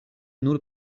nur